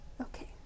Okay